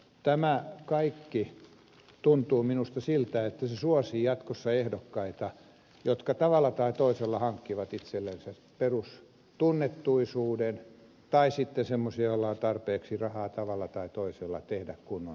tämä kaikki tuntuu minusta siltä että se suosii jatkossa ehdokkaita jotka tavalla tai toisella hankkivat itsellensä perustunnettuisuuden tai sitten semmoisia joilla on tarpeeksi rahaa tavalla tai toisella tehdä kunnon vaalityötä